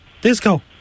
Disco